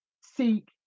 seek